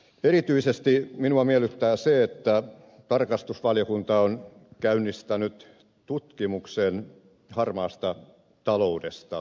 erityisesti minua miellyttää se että tarkastusvaliokunta on käynnistänyt tutkimuksen harmaasta taloudesta